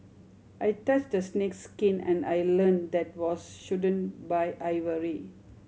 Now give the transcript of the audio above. I touched a snake's skin and I learned that was shouldn't buy ivory